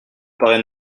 paraît